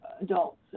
adults